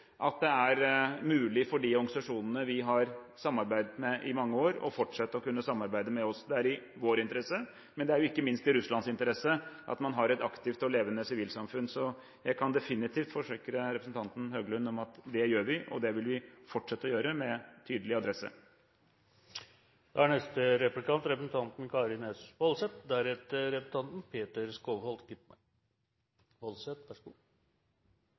at det er mulig for de organisasjonene vi har samarbeidet med i mange år, å fortsette å kunne samarbeide med oss. Det er i vår interesse, men det er ikke minst i Russlands interesse, at man har et aktivt og levende sivilsamfunn. Så jeg kan definitivt forsikre representanten Høglund om at det gjør vi, og det vil vi fortsette å gjøre, med tydelig adresse.